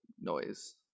noise